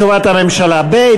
הממשלה, ב.